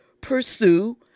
pursue